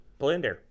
Blender